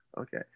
Okay